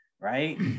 right